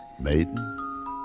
Maiden